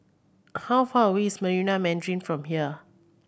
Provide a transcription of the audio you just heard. how far away is Marina Mandarin from here